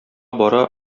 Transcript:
бара